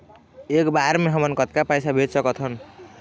एक बर मे हमन कतका पैसा भेज सकत हन?